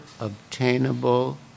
obtainable